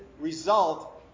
result